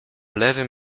lewym